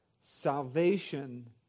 salvation